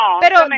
Pero